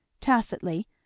tacitly